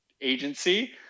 agency